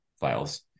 files